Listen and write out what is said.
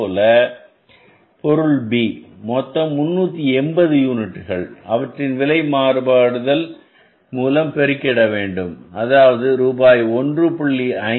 அதுபோலவே பொருள் B மொத்தம் 380 யூனிட்டுகள் இவற்றை விலை மாறுபடுதல் மூலம் பெருகிட அதாவது ரூபாய் 1